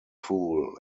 fool